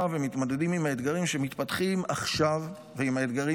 ומתמודדים עם האתגרים שמתפתחים עכשיו ועם האתגרים